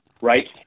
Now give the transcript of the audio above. right